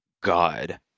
god